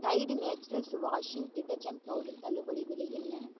Tide naturals washing detergent powder தள்ளுபடி விலை என்ன